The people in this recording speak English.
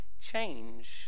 change